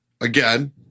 again